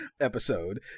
episode